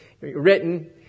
written